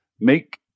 make